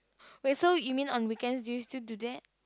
wait so you mean on weekends do you still do that